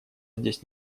здесь